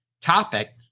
topic